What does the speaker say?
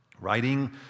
Writing